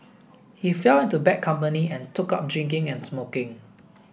he fell into bad company and took up drinking and smoking